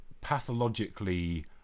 pathologically